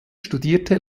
studierte